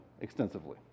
extensively